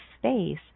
space